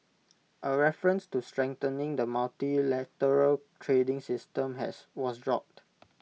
A reference to strengthening the multilateral trading system has was dropped